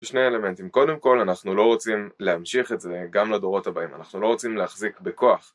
שני אלמנטים, קודם כל אנחנו לא רוצים להמשיך את זה גם לדורות הבאים, אנחנו לא רוצים להחזיק בכוח.